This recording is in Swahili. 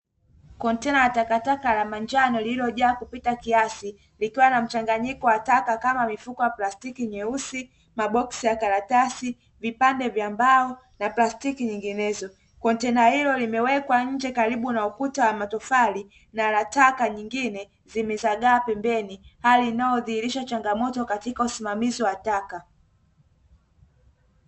Kontena la takataka la manjano lililojaa kupita kiasi likiwa na mchanganyiko wa taka kama mifuko ya plastiki nyeusi maboksi ya karatasi vipande vya mbao na plastiki nyinginezo, kontena hilo limewekwa nje karibu na ukuta wa matofali na la taka nyingine zimezagaa pembeni hali inayodhihirisha changamoto katika usimamizi wa taka.